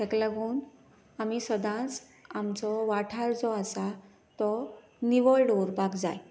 ताका लागून आमी सदांच जो वाठार जो आसा तो निवळ दवरपाक जाय